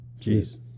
Jeez